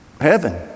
heaven